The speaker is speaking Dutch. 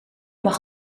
mag